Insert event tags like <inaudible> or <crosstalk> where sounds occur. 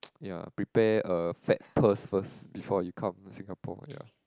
<noise> ya prepare a fat purse first before you come Singapore ya